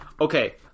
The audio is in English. Okay